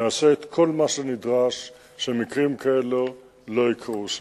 נעשה את כל מה שנדרש שמקרים כאלו לא יקרו שנית.